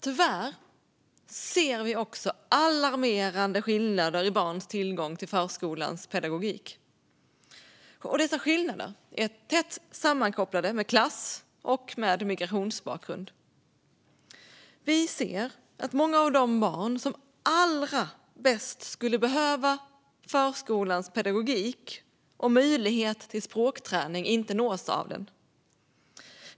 Tyvärr ser vi alarmerande skillnader i barns tillgång till förskolans pedagogik. Dessa skillnader är tätt sammankopplade med klass och migrationsbakgrund. Vi ser att många av de barn som allra bäst skulle behöva förskolans pedagogik och möjlighet till språkträning inte nås av den.